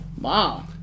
Wow